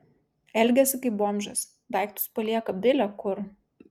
elgiasi kaip bomžas daiktus palieka bile kur